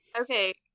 Okay